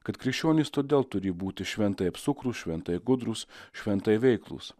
kad krikščionys todėl turi būti šventai apsukrūs šventai gudrūs šventai veiklūs